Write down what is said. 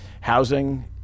housing